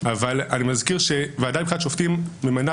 אבל אני מזכיר שוועדה לבחירת שופטים ממנה